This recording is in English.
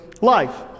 life